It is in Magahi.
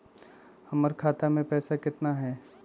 हमर खाता मे पैसा केतना है?